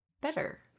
better